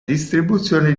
distribuzione